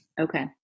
Okay